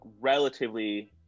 relatively